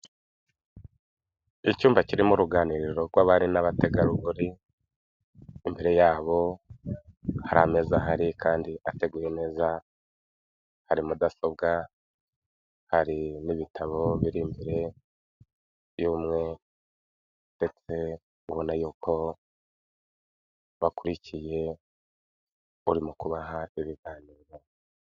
Icyumba kirimo uruganiriro rw'abari n'abategarugori, imbere yabo hari ameza ahari kandi ateguye neza, hari mudasobwa, hari n'ibitabo biri imbere y'ubumwe ndetse ubona y'uko bakurikiye urimo kubaha ibiganiro.